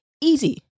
Easy